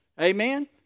Amen